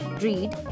Read